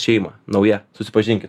šeima nauja susipažinkit